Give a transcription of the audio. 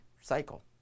cycle